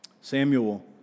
Samuel